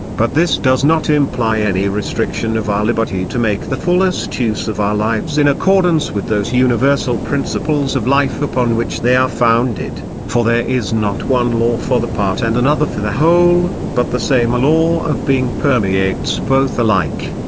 but this does not imply any restriction of our liberty to make the fullest use of our lives in accordance with those universal principles of life upon which they are founded for there is not one law for the part and another for the whole, but the same law of being permeates both alike.